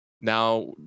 now